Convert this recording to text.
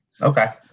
Okay